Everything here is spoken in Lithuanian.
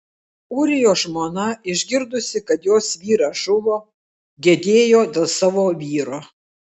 ūrijos žmona išgirdusi kad jos vyras žuvo gedėjo dėl savo vyro